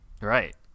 right